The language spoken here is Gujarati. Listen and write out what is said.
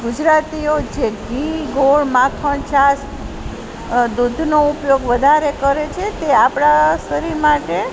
ગુજરાતીઓ જે ઘી ગોળ માખણ છાશ દૂધનો ઉપયોગ વધારે કરે છે તે આપણાં શરીર માટે